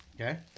Okay